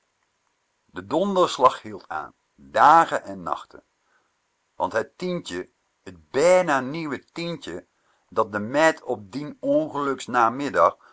de donderslag hield aan dagen en nachten want het tientje t bijna nieuwe tientje dat de meid op dien